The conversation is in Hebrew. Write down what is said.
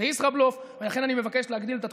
זה ישראבלוף, לכן אני מבקש להאריך את התקופה.